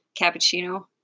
Cappuccino